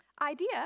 idea